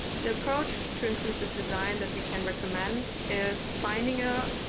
the approach to inclusive design that we can recommend is finding a